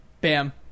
bam